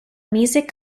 music